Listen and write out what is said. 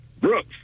Brooks